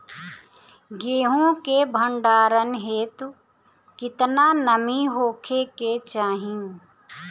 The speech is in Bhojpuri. गेहूं के भंडारन हेतू कितना नमी होखे के चाहि?